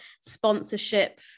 sponsorship